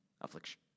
Affliction